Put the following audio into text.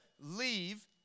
leave